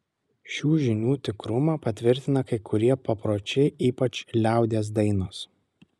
šių žinių tikrumą patvirtina kai kurie papročiai ypač liaudies dainos